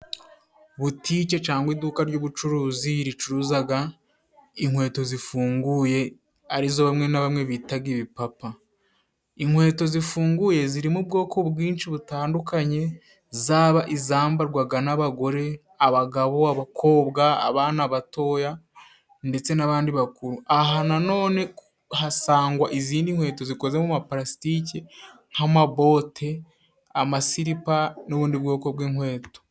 Butike cangwa iduka ry'ubucuruzi ricuruzaga inkweto zifunguye arizo bamwe na bamwe bitaga ibipapa. Inkweto zifunguye zirimo ubwoko bwinshi butandukanye zaba izambarwaga n'abagore, abagabo, abakobwa, abana batoya ndetse n'abandi bakuru. Aha na none hasangwa izindi nkweto zikoze mu mapalasitike nk'amabote, amasiripa n'ubundi bwoko bw'inkweto.